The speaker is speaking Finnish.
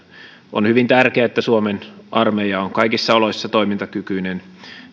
on hyvin tärkeää että suomen armeija on kaikissa oloissa toimintakykyinen